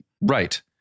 Right